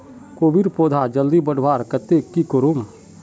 कोबीर पौधा जल्दी बढ़वार केते की करूम?